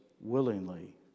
willingly